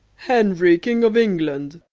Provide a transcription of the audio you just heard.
henry king of england,